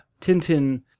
Tintin